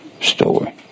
story